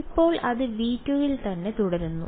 ഇപ്പോൾ അത് V2 ൽ തന്നെ തുടരുന്നു